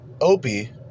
Opie